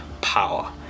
power